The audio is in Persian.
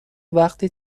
وقتی